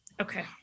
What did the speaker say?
okay